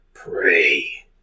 Pray